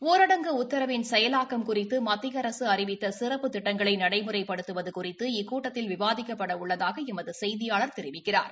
ஊரடங்கு உக்கரவின் செயலாக்கம் குறித்துமத்தியஅரசுஅறிவித்தசிறப்பு திட்டங்களைமுறைப்படுத்துவதுகுறித்து இக்கூட்டத்தில் விவாதிக்கப்படஉள்ளதாகளமதுசெய்தியாளர் தெரிவிக்கிறார்